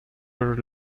were